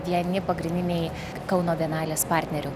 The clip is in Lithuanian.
vieni pagrindiniai kauno bienalės partnerių